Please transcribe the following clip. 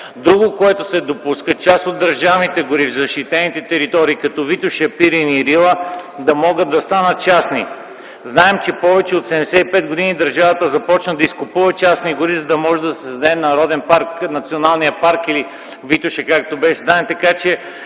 Друго, което се допуска, част от държавните гори в защитените територии като Витоша, Пирин и Рила да могат да станат частни. Знаем, че повече от 75 години държавата започна да изкупува частни гори, за да може да създаде народен парк - националният парк „Витоша”, както е известен,